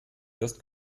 erst